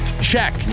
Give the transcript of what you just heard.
Check